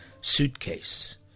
suitcase